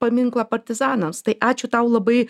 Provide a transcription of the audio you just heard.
paminklą partizanams tai ačiū tau labai